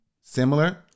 similar